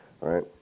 right